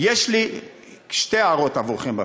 יש לי שתי הערות עבורכם.